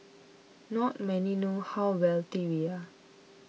not many know how wealthy we are